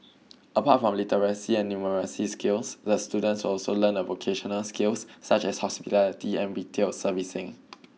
apart from literacy and numeracy skills the students will also learn a vocational skills such as hospitality and retail servicing